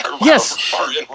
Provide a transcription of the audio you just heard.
Yes